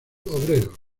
obreros